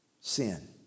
sin